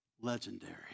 legendary